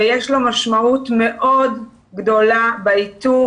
ויש לו משמעות מאוד גדולה באיתור,